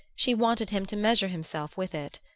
she wanted him to measure himself with it.